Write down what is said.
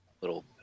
little